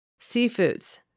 Seafoods